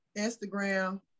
instagram